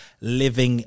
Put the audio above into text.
living